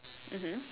mmhmm